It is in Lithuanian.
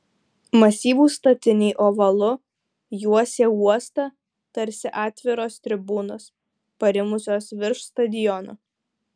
masyvūs statiniai ovalu juosė uostą tarsi atviros tribūnos parimusios virš stadiono